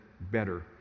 better